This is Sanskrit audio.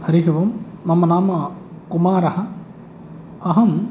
हरिः ओं मम नाम कुमारः अहम्